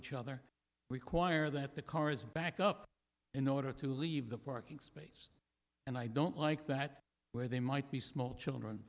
each other require that the cars back up in order to leave the parking space and i don't like that where they might be small children